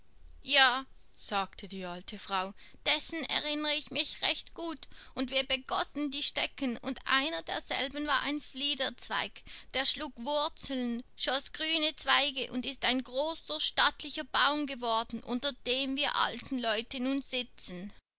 ja sagte die alte frau dessen erinnere ich mich recht gut und wir begossen die stecken und einer derselben war ein fliederzweig der schlug wurzeln schoß grüne zweige und ist ein großer stattlicher baum geworden unter dem wir alten leute nun sitzen